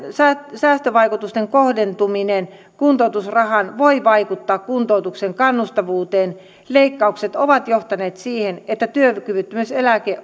säästövaikutusten kohdentuminen kuntoutusrahaan voi vaikuttaa kuntoutuksen kannustavuuteen leikkaukset ovat johtaneet siihen että työkyvyttömyyseläke